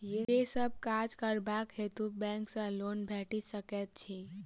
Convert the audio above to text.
केँ सब काज करबाक हेतु बैंक सँ लोन भेटि सकैत अछि?